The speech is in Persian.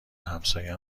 همساین